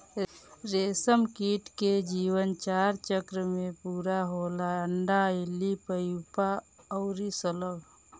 रेशमकीट के जीवन चार चक्र में पूरा होला अंडा, इल्ली, प्यूपा अउरी शलभ